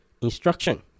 instruction